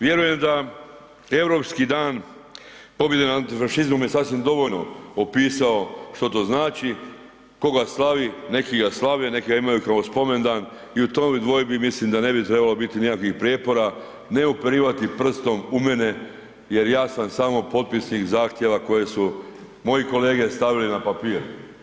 Vjerujem da europski dan pobjede nad antifašizmom je sasvim dovoljno opisao što to znači, tko ga slavi, neki ga slave, neki ga imaju kao spomendan i u toj dvojbi mislim da ne bi trebalo biti nikakvih prijepora, ne uperivati prstom u mene jer ja sam samo potpisnik zahtjeva koje su moji kolege stavili na papir.